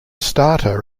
starter